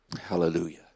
Hallelujah